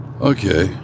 Okay